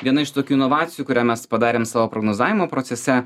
viena iš tokių inovacijų kurią mes padarėm savo prognozavimo procese